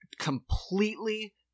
Completely